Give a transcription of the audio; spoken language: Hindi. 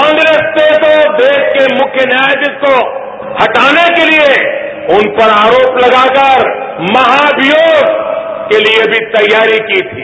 कांग्रेस को तो देश के मुख्य न्यायाधीश को हटाने के लिए उन पर आरोप लगाकर महाभियोग के लिए भी तैयारी की थी